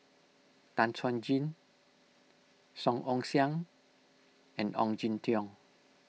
Tan Chuan Jin Song Ong Siang and Ong Jin Teong